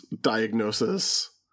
diagnosis